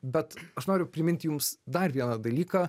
bet aš noriu priminti jums dar vieną dalyką